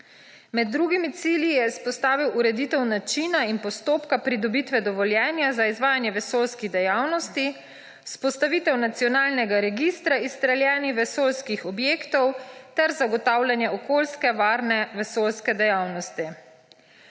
Med drugimi cilji je izpostavil ureditev načina in postopka pridobitve dovoljenja za izvajanje vesoljskih dejavnosti, vzpostavitev nacionalnega registra izstreljenih vesoljskih objektov ter zagotavljanje okoljske varne vesoljske dejavnosti.